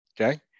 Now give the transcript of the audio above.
okay